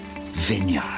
vineyard